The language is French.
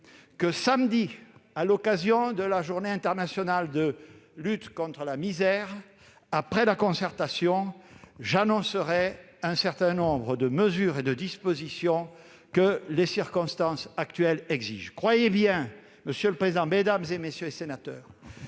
prochain, à l'occasion de la journée internationale de lutte contre la misère, après la concertation, j'annoncerai un certain nombre de mesures que les circonstances actuelles exigent. Monsieur le président, mesdames, messieurs les sénateurs,